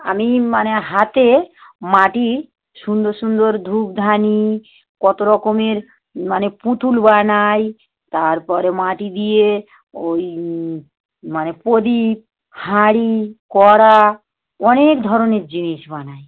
আমি মানে হাতে মাটি সুন্দর সুন্দর ধূপধানি কতো রকমের মানে পুতুল বানাই তারপরে মাটি দিয়ে ওই মানে প্রদীপ হাঁড়ি কড়া অনেক ধরণের জিনিস বানাই